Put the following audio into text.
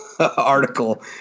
Article